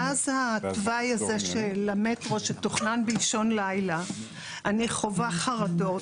מאז התוואי הזה של המטרו שתוכנן באישון לילה אני חווה חרדות,